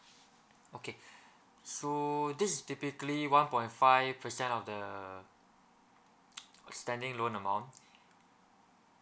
okay so this is typically one point five percent of the outstanding loan amount